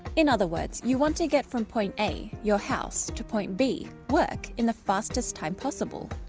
in other words, you want to get from point a, your house to point b, work in the fastest time possible.